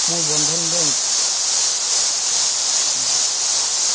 মোৰ বন্ধন বেংক